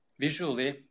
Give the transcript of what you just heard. visually